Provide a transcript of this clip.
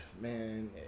man